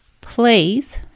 please